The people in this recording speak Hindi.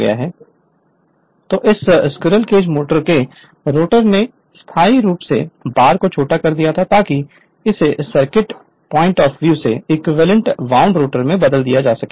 Refer Slide Time 2158 तो इस स्क्विरल केज मोटर के रोटर ने स्थायी रूप से बार को छोटा कर दिया था ताकि इसे circuit point of view equivalent wound rotor से बदला जा सके